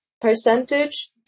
percentage